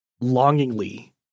longingly